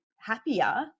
happier